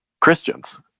christians